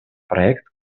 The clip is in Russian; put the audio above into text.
проект